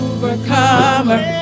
Overcomer